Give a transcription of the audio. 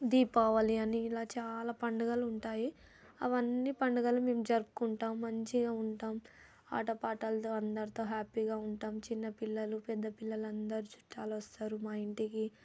దీపావళి అని ఇలా చాలా పండుగలు ఉంటాయి అవన్నీ పండుగలు మేము జరుపుకుంటాము మంచిగా ఉంటాం ఆటపాటలతో అందరితో హ్యాపీగా ఉంటాం చిన్న పిల్లలు పెద్ద పిల్లలు అందరూ చుట్టాలు వస్తారు మా ఇంటికి